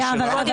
לא שלנו.